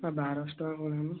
କଣ ବାରଶହ ଟଙ୍କା କହୁଛନ୍ତି